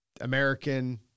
American